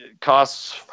costs